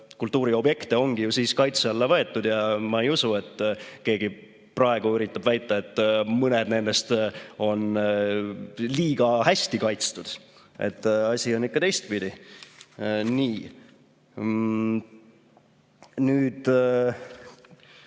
kultuuriobjekte ongi ju siis kaitse alla võetud ja ma ei usu, et keegi praegu üritaks väita, et mõned nendest on liiga hästi kaitstud. Asi on ikka teistpidi. Kui me